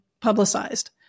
publicized